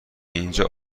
اینجا